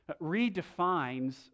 redefines